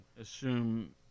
assume